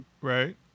right